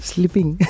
Sleeping